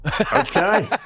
Okay